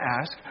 ask